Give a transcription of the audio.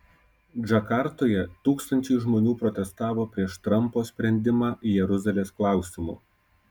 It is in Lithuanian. džakartoje tūkstančiai žmonių protestavo prieš trampo sprendimą jeruzalės klausimu